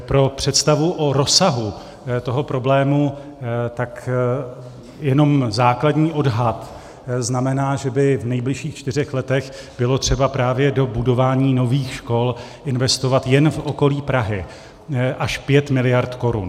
Pro představu o rozsahu toho problému, jenom základní odhad znamená, že by v nejbližších čtyřech letech bylo třeba právě do budování nových škol investovat jen v okolí Prahy až 5 miliard korun.